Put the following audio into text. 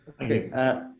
Okay